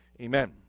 Amen